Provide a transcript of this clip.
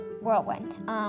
Whirlwind